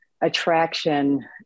attraction